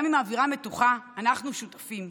גם אם האווירה מתוחה, אנחנו שותפים,